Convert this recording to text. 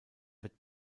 wird